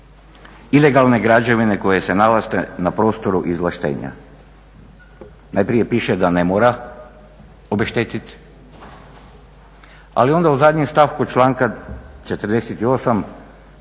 Ilegalne građevine koje se nalaze na prostoru izvlaštenja. Najprije piše da ne mora obeštetiti, ali onda u zadnjem stavku članka 48.